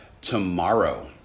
tomorrow